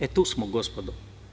E, tu smo gospodo.